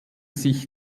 sich